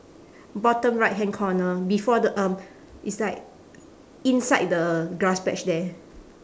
bottom right hand corner before the um it's like inside the grass patch there